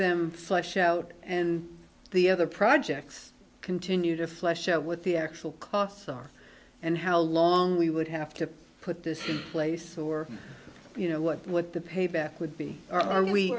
them flush out and the other projects continue to flesh out what the actual costs are and how long we would have to put this in place or you know what what the payback would be